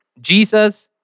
Jesus